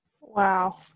Wow